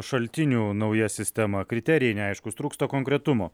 šaltinių nauja sistema kriterijai neaiškūs trūksta konkretumo